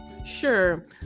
Sure